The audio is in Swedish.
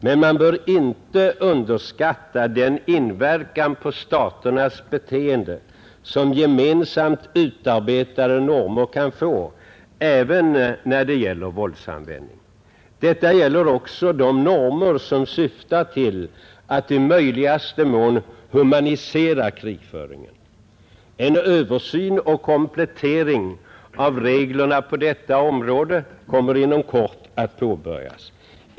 Men man bör inte underskatta den inverkan på staternas beteende som gemensamt utarbetade normer kan få även när det gäller våldsanvändning. Detta gäller också de normer som syftar till att i möjligaste mån humanisera krigföringen. En översyn och komplettering av reglerna på detta område kommer inom kort att påbörjas.